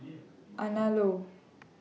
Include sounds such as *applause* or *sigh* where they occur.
*noise* Anello